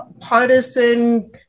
partisan